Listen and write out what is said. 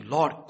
Lord